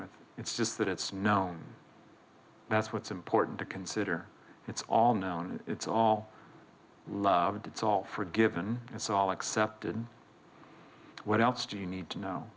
with it's just that it's known that's what's important to consider it's all known it's all loved it's all forgiven it's all accepted what else do you need to know